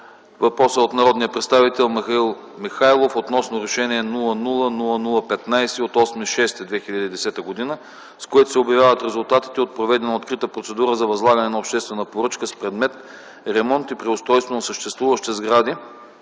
Въпросът е от народния представител Михаил Михайлов относно Решение № 00-0015 от 8 юни 2010 г., с което се обявяват резултатите от проведена открита процедура за възлагане на обществена поръчка с предмет „Ремонт и преустройство на съществуващи сгради